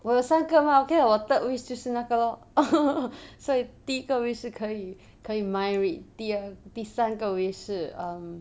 我有三个吗对吗我 third wish 就是那个咯 所以第一个 wish 是可以可以 mind read 第二第三个 wish 是 um